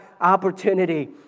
opportunity